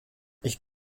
ich